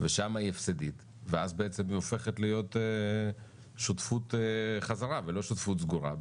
ושם היא הפסדית ואז בעצם היא הופכת להיות שותפות חזרה ולא שותפות סגורה,